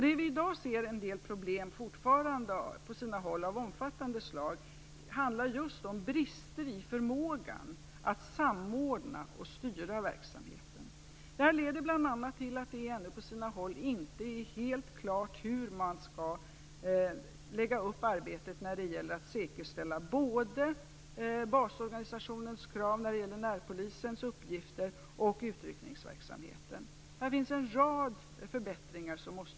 De problem vi i dag fortfarande ser, på sina håll omfattande, handlar just om brister i förmågan att samordna och styra verksamheten. Det leder bl.a. till att det på sina håll ännu inte är helt klart hur man skall lägga upp arbetet när det gäller att säkerställa både basorganisationens krav i fråga om närpolisens uppgifter och utryckningsverksamheten. Här måste en rad förbättringar göras.